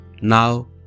Now